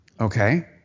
Okay